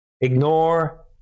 Ignore